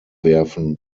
werfen